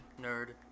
Nerd